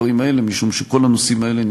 לעובדים את הטוב ביותר האפשרי,